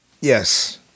Yes